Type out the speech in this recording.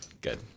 Good